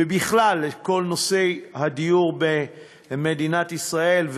ובכלל בכל נושא הדיור במדינת ישראל.